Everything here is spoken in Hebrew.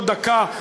עוד דקה,